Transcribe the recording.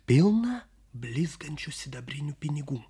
pilną blizgančių sidabrinių pinigų